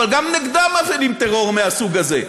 אבל גם נגדם מפעילים טרור מהסוג הזה.